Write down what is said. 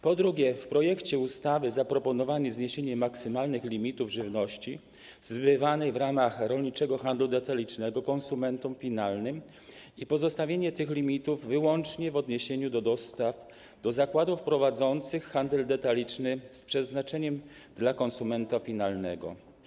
Po drugie, w projekcie ustawy zaproponowano zniesienie maksymalnych limitów żywności zbywanej w ramach rolniczego handlu detalicznego konsumentom finalnym i pozostawienie tych limitów wyłącznie w odniesieniu do dostaw do zakładów prowadzących handel detaliczny z przeznaczeniem dla konsumenta finalnego.